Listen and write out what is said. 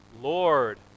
Lord